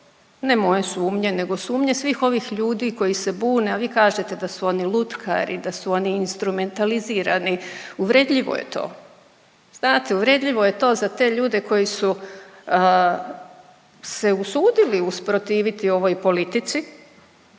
ne moje sumnje nego sumnje svih ovih ljudi koji se bune, a vi kažete da su oni lutkari, da su oni instrumentalizirani, uvredljivo je to. Znate uvredljivo je to za te ljude koji su se usudili usprotiviti ovoj politici